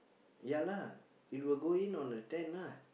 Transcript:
ya lah it will go in on the tenth lah